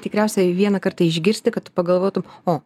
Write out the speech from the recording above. tikriausiai vieną kartą išgirsti kad tu pagalvotum o